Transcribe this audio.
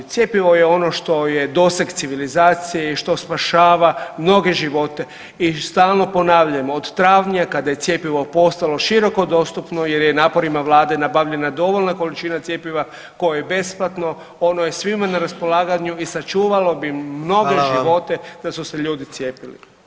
Cjepivo je ono što je doseg civilizacije i što spašava mnoge živote i stalno ponavljajmo od travnja kada je cjepivo postalo široko dostupno jer je naporima vlade nabavljena dovoljna količina cjepiva koje je besplatno, ono je svima na raspolaganju i sačuvalo bi mnoge živote [[Upadica: Hvala vam.]] da su se ljudi cijepili.